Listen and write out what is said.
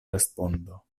respondo